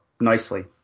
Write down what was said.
nicely